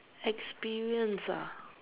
experience ah